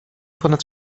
ponad